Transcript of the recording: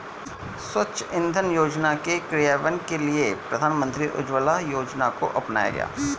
स्वच्छ इंधन योजना के क्रियान्वयन के लिए प्रधानमंत्री उज्ज्वला योजना को अपनाया गया